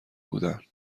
بودن